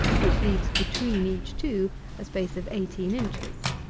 which leaves between each two a space of eighteen inches,